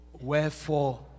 Wherefore